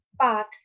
path